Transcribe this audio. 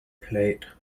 plate